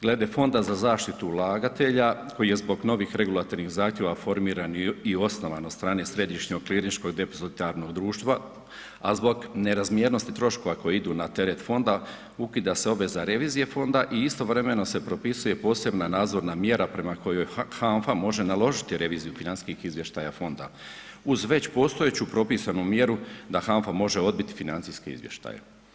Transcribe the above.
Glede Fonda za zaštitu ulagatelja koji je zbog novih regulativnih zahtjeva formiran i osnovan od strane Središnjeg klirinškog depozitarnog društva, a zbog nerazmjernosti troškova koji idu na teret fonda ukida se obveza revizije fonda i istovremeno se propisuje posebna nadzorna mjera prema kojoj HANFA može naložiti reviziju financijskih izvještaja fonda uz već postojeću propisanu mjeru da HANFA može odbiti financijske izvještaje.